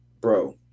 bro